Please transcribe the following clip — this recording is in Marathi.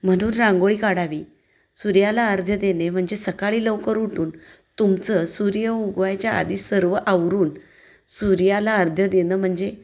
म्हणून रांगोळी काढावी सूर्याला अर्ध्य देणे म्हणजे सकाळी लवकर उठून तुमचं सूर्य उगवायच्या आधी सर्व आवरून सूर्याला अर्ध्य देणं म्हणजे